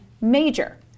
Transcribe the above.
major